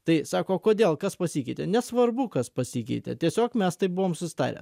tai sako o kodėl kas pasikeitė nesvarbu kas pasikeitė tiesiog mes taip buvom susitarę